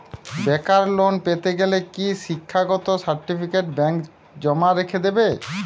বেকার লোন পেতে গেলে কি শিক্ষাগত সার্টিফিকেট ব্যাঙ্ক জমা রেখে দেবে?